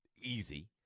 easy